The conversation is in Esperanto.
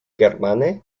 germane